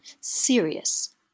serious